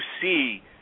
see